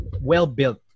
well-built